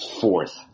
fourth